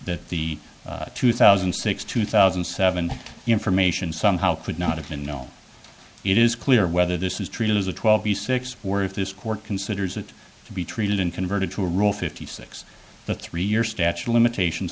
that the two thousand and six two thousand and seven information somehow could not have been known it is clear whether this is treated as a twelve years six or if this court considers it to be treated in converted to a rule fifty six the three year statute of limitations